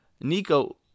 Nico